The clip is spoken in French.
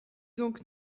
donc